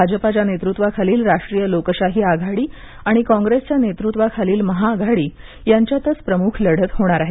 भाजपाच्या नेतृत्वाखालील राष्ट्रीय लोकशाही आघाडी आणि काँग्रेसच्या नेतृत्वाखालील महाआघाडी यांच्यातच प्रमुख लढत होणार आहे